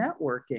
networking